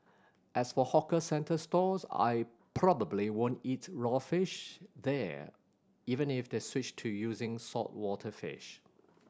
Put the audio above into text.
as for hawker centre stalls I probably won't eat raw fish there even if they switched to using saltwater fish